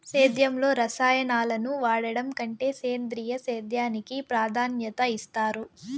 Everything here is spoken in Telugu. సేద్యంలో రసాయనాలను వాడడం కంటే సేంద్రియ సేద్యానికి ప్రాధాన్యత ఇస్తారు